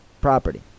property